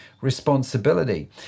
responsibility